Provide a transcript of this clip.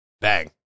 Bang